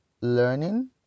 learning